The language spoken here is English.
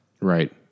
Right